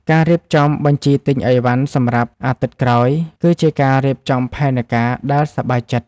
ការរៀបចំបញ្ជីទិញអីវ៉ាន់សម្រាប់អាទិត្យក្រោយ គឺជាការរៀបចំផែនការដែលសប្បាយចិត្ត។